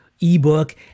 ebook